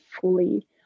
fully